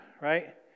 right